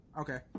Okay